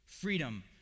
Freedom